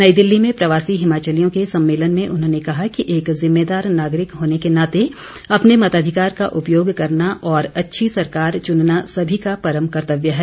नई दिल्ली में प्रवासी हिमाचलियों के सम्मेलन में उन्होंने कहा कि एक ज़िम्मेदार नागरिक होने के नाते अपने मताधिकार का उपयोग करना और अच्छी सरकार चुनना सभी का परम कर्तव्य है